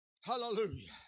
Hallelujah